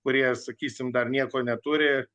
kurie sakysim dar nieko neturi